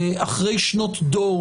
אחרי שנות דור,